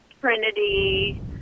Trinity